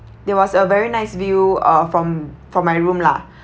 there was a very nice view uh from from my room lah